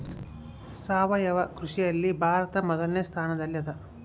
ಸಾವಯವ ಕೃಷಿಯಲ್ಲಿ ಭಾರತ ಮೊದಲನೇ ಸ್ಥಾನದಲ್ಲಿ ಅದ